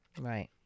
Right